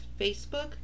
Facebook